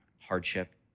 hardship